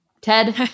Ted